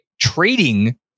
trading